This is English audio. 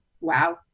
wow